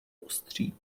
ostří